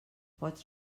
pots